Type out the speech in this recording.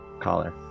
collar